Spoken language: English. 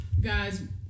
Guys